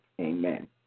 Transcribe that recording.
Amen